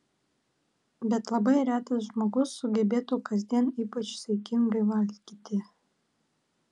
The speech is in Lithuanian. bet labai retas žmogus sugebėtų kasdien ypač saikingai valgyti